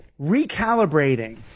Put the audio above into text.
Recalibrating